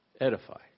Edify